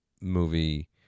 movie